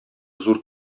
зур